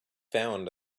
found